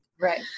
Right